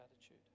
attitude